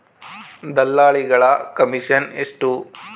ದಲ್ಲಾಳಿಗಳ ಕಮಿಷನ್ ಎಷ್ಟು?